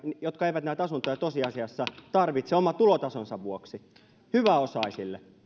jotka eivät näitä asuntoja tosiasiassa tarvitse oman tulotasonsa vuoksi hyväosaisille